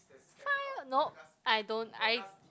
fine nope I don't I